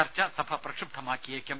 ചർച്ച സഭ പ്രക്ഷുബ്ധമാക്കിയേക്കും